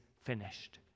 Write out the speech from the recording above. finished